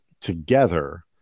together